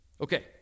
Okay